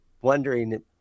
wondering